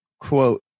quote